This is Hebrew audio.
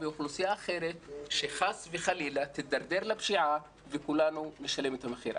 ואוכלוסייה אחרת שחס וחלילה תדרדר לפשיעה וכולנו נשלם את המחיר.